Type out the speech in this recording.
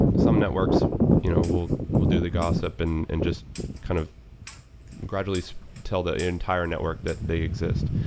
some networks you know will will do the gossip and and just kind of gradually so tell the entire network that they exist.